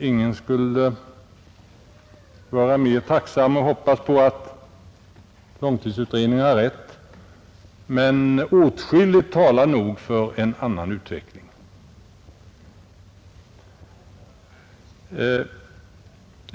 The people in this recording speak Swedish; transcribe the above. Ingen vore mera tacksam än jag, om långtidsutredningen skulle få rätt, men åtskilligt talar nog för en annan utveckling.